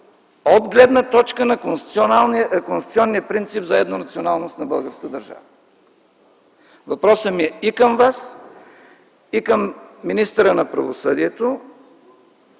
от гледна точка на конституционния принцип за еднонационалност на българската държава? Въпросът ми е и към Вас, и към министъра на правосъдието,